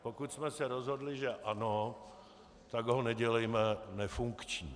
Pokud jsme se rozhodli, že ano, tak ho nedělejme nefunkční.